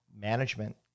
management